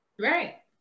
Right